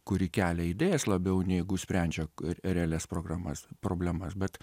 kuri kelia idėjas labiau negu sprendžia realias programas problemas bet